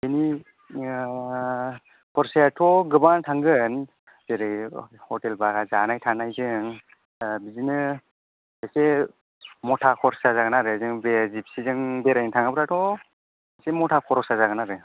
बिनि खरसा आथ' गोबां थांगोन जेरै र' हटेल बारा जानाय थानायजों बिदिनो एसे मता खरसा जागोन आरो नों बे जिबसिजों बेरायनो थाङोब्लाथ' एसे मता खरसा जागोन